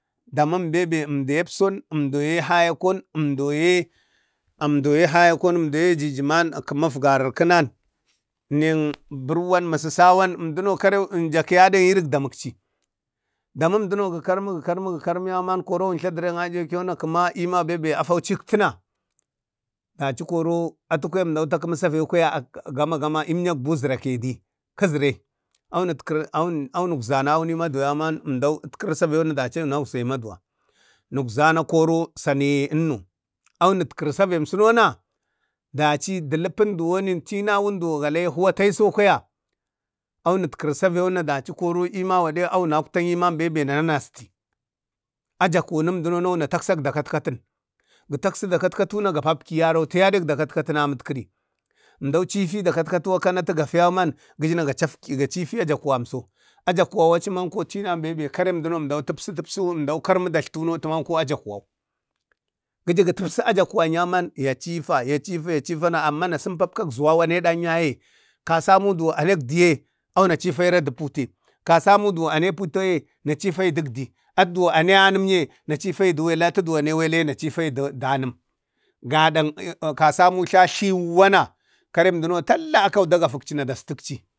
emdoye hayakon emdoye jijiman kumak varakunan nang burwan emsusawan emduno karek emjak kiyaba dek irin damunci damun duno ga karmu ga karmu koro wuntla direk ayuwaken kema i bemben afau ciktu na daci koro atu kwayam emdo takemu savan kwaya gama gama eemyak buzura kenin kezure, awun nuk za nawun ee maduwayau man emdau netkiri savai wanak zaye maduwa sanaye enno awunitkira savam cunona, daci dalapin duwonin tinawun za laya huwa ayaso kwaya awunit kiri savai daci koro iimayu de awu naktai bembe wuna nasti aja konum duno wuna taksak jlakatkatu gi taksi jlakatkatu no ga pakpi yaro teya duk dakatkatau amitkiri emdo civi dakatkato akana atu gafa yau man ga cap gacivi jakuwamso ajakuwau aci manso karem emduno bembebe emdan tusu tusu karmu dstlati mako ajakuwa, giju ga tupsu ajakuwan yau man ya civa ya civa na amman ya suffatak zuwawudan ya ye kasamu za anak di ye awuna cifara du putai kasanu za anai putai ye ya cifayi dukdi a duye ane anumye ya cifayi du wela du walaye ya cifa du waila dang kasamu tla siwana karimdau talla akau gafakci dastikci.